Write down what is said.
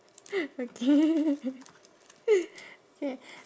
okay okay